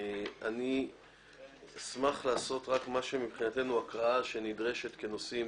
אני אשמח לעשות הקראה של הנושאים